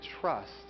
trust